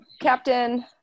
Captain